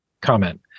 comment